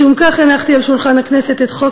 משום כך הנחתי על שולחן הכנסת את חוק